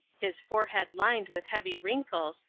his forehead lined with heavy wrinkles,